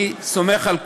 אני סומך על כולם,